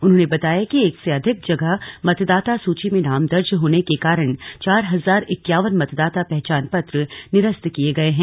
उन्होंने बताया कि एक से अधिक जगह मतदाता सूची में नाम दर्ज होने के कारण चार हजार इक्यावन मतदाता पहचान पत्र निरस्त किये गये हैं